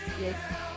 Yes